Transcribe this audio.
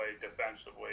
defensively